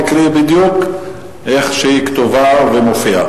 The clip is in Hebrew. תקראי בדיוק כפי שהיא כתובה ומופיעה.